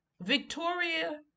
Victoria